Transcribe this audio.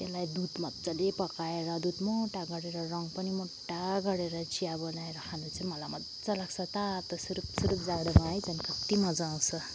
त्यसलाई दुध मज्जाले पकाएर दुध मोटा गरेर रङ पनि मोट्टा गरेर चिया बनाएर खाँदा चाहिँ मलाई मज्जा लाग्छ तातो सुरूप सुरूप जाडोमा है झन कत्ति मजा आउँछ